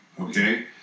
okay